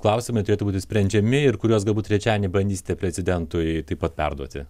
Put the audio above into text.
klausimai turėtų būti sprendžiami ir kuriuos galbūt trečiadienį bandysite prezidentui taip pat perduoti